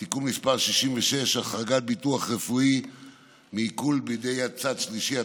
(תיקון מס' 66) (החרגת ביטוח רפואי מעיקול בידי צד שלישי),